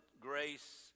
grace